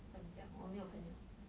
跟你讲我没有朋友